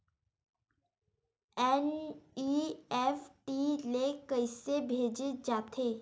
NEFT ले कइसे भेजे जाथे?